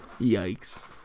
Yikes